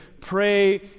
pray